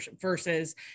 versus